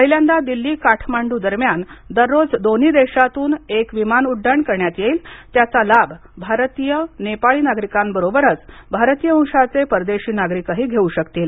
पहिल्यांदा दिल्ली काठमांडू दरम्यान दररोज दोन्ही देशातून एक विमान उड्डाण करण्यात येईल त्याचा लाभ भारतीय नेपाळी नागरिका बरोबरच भारतीय वंशाचे परदेशी नागरिक घेऊ शकतील